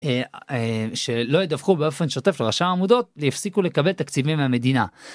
שלא ידווחו באופן שוטף לרשם העמותות, יפסיקו לקבל תקציבים מהמדינה.